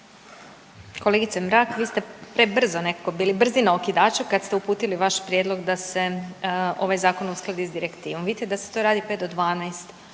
Kolegice Mrak vi ste prebrzo nekako bili, brzi na okidaču kad ste uputili vaš prijedlog da se ovaj zakon uskladi s direktivom. Vidite da se to radi 5 do 12,